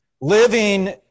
living